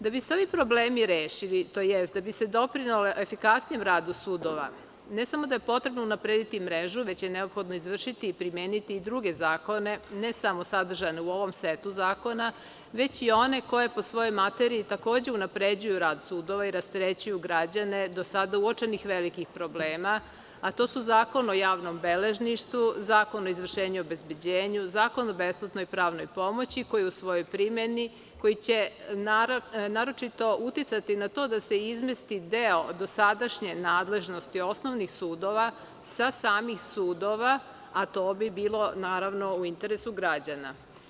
Da bi se ovi problemi rešili, tj. da bi se doprinelo efikasnijem radu sudova, ne samo da je potrebno unaprediti mrežu, već je neophodno i izvršiti i primeniti i druge zakone, ne samo sadržane u ovom setu zakona, već i one koji po svojoj materiji takođe unapređuju rad sudova i rasterećuju građane do sada uočenih velikih problema, a to su Zakon o javnom beležništvu, Zakon o izvršenju i obezbeđenju, Zakona o besplatnoj pravnoj pomoći, koji će naročito uticati na to da se izmesti deo dosadašnje nadležnosti osnovnih sudova sa samih sudova, a to bi bilo u interesu građana.